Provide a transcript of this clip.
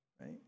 right